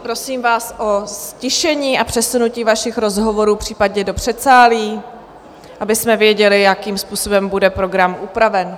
Prosím vás o ztišení a přesunutí vašich rozhovorů případně do předsálí, abychom věděli, jakým způsobem bude program upraven.